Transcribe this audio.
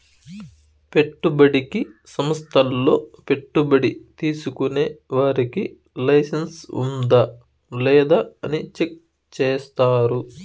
పెట్టుబడికి సంస్థల్లో పెట్టుబడి తీసుకునే వారికి లైసెన్స్ ఉందా లేదా అని చెక్ చేస్తారు